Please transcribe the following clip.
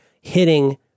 hitting